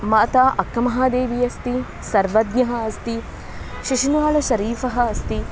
माता अक्कमहादेवी अस्ति सर्वज्ञः अस्ति शिशुनाळशरीफः अस्ति